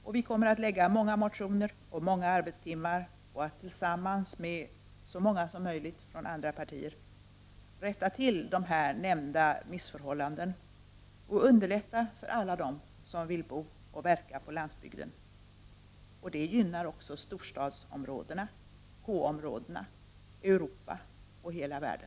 Och vi kommer att väcka många motioner och lägga många arbetstimmar på att tillsammans med så många som möjligt från andra partier rätta till här nämnda missförhållanden och underlätta för alla dem som vill bo och verka på landsbygden. Det gynnar också storstadsområdena, K-områdena, Europa och hela världen.